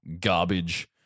Garbage